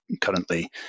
currently